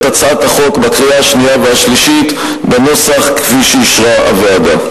הצעת החוק בקריאה השנייה והשלישית בנוסח כפי שאישרה הוועדה.